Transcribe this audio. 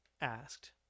asked